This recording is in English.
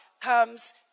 comes